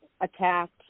attacked